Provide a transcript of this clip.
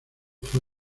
fue